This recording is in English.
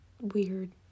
weird